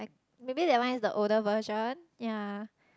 maybe that one is the older version yea